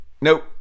nope